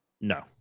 No